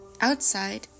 outside